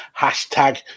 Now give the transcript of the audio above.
hashtag